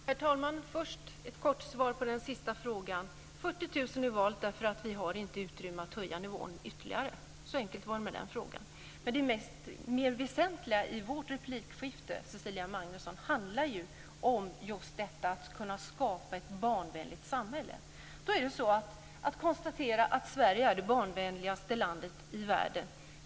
Herr talman! Först har jag ett kort svar på den sista frågan: 40 000 är valt därför att vi inte har utrymme för att höja nivån ytterligare. Så enkelt var det med den frågan. Det mer väsentliga i vårt replikskifte handlar om just detta att kunna skapa ett barnvänligt samhälle. Då är det bara att konstatera att Sverige är det barnvänligaste landet i världen.